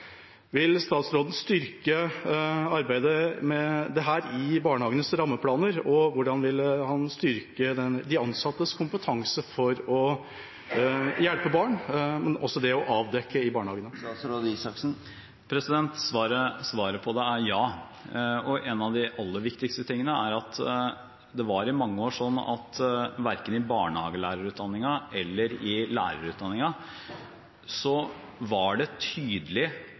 Vil statsråden styrke arbeidet med dette i barnehagenes rammeplaner, og hvordan vil han styrke de ansattes kompetanse for å hjelpe barn og også avdekke dette i barnehagene? Svaret på det er ja. I mange år var det